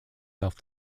self